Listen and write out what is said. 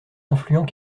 influent